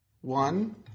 one